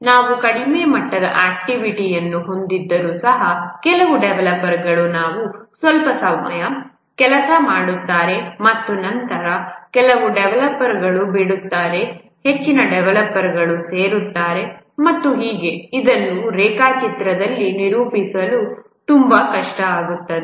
ನಾವು ಕಡಿಮೆ ಮಟ್ಟದ ಆಕ್ಟಿವಿಟಿಯನ್ನು ಹೊಂದಿದ್ದರೂ ಸಹ ಕೆಲವು ಡೆವಲಪರ್ಗಳು ಸ್ವಲ್ಪ ಸಮಯ ಕೆಲಸ ಮಾಡುತ್ತಾರೆ ಮತ್ತು ನಂತರ ಕೆಲವು ಡೆವಲಪರ್ಗಳು ಬಿಡುತ್ತಾರೆ ಹೆಚ್ಚಿನ ಡೆವಲಪರ್ಗಳು ಸೇರುತ್ತಾರೆ ಮತ್ತು ಹೀಗೆ ಇದನ್ನು ರೇಖಾಚಿತ್ರದಲ್ಲಿ ನಿರೂಪಿಸಲು ತುಂಬಾ ಕಷ್ಟ ಆಗುತ್ತದೆ